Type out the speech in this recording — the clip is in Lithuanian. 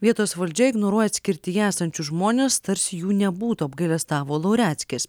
vietos valdžia ignoruoja atskirtyje esančius žmones tarsi jų nebūtų apgailestavo laureckis